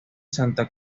santa